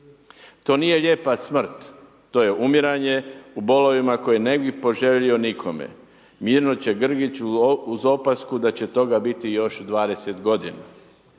To nije lijepa smrt, to je umiranje u bolovima koje ne bih poželio nikome. Mirno će Grgić uz opasku da će toga biti još 20 godina.